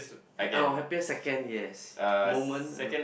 hap~ oh happiest second yes moment uh